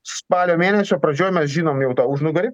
spalio mėnesio pradžioj mes žinom jau tą užnugarį